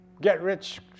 get-rich